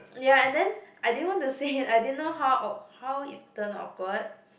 ya and then I didn't want to say I didn't know how aw~ how it turned awkward